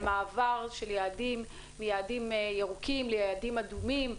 למעבר של יעדים מיעדים ירוקים ליעדים אדומים,